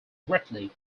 greatly